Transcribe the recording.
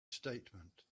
statement